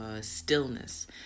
stillness